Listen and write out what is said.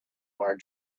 our